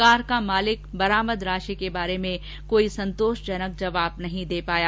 car का मालिक बरामद राशि के बारे में कोई जवाब नहीं दे पाया